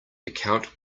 account